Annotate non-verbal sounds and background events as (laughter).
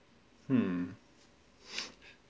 hmm (breath)